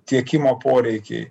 tiekimo poreikiai